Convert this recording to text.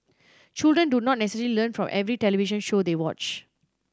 children do not necessarily learn from every television show they watch